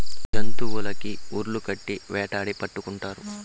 జంతులకి ఉర్లు కట్టి వేటాడి పట్టుకుంటారు